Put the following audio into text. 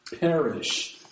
perish